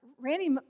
Randy